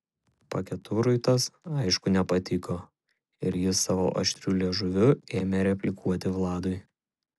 paketurui tas aišku nepatiko ir jis savo aštriu liežuviu ėmė replikuoti vladui